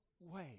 wait